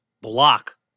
block